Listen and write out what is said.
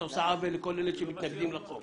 את עושה עוול לכל אלה שמתנגדים לחוק.